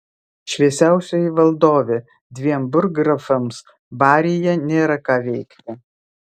šviesiausioji valdove dviem burggrafams baryje nėra ką veikti